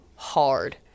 Hard